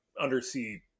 undersea